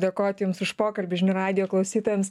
dėkoti jums už pokalbį žinių radijo klausytojams